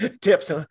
tips